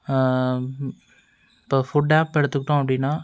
இப்போ food app எடுத்துக்கிட்டோம் அப்படினா